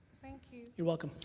thank you. you're welcome.